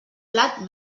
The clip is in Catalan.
plat